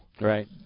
Right